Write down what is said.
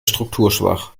strukturschwach